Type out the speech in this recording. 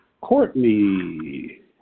Courtney